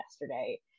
yesterday